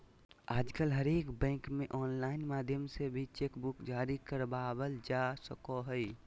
आजकल हरेक बैंक मे आनलाइन माध्यम से भी चेक बुक जारी करबावल जा सको हय